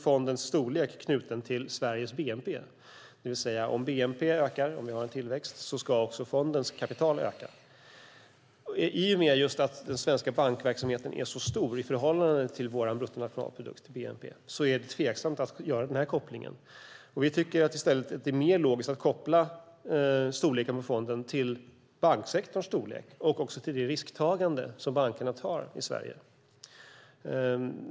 Fondens storlek är knuten till Sveriges bnp. Om bnp ökar, om vi har tillväxt, ska också fondens kapital öka. I och med att den svenska bankverksamheten är så stor i förhållande till vår bnp är det tveksamt att göra den kopplingen. Vi tycker att det är mer logiskt att koppla storleken på fonden till banksektorns storlek och till det risktagande som bankerna tar i Sverige.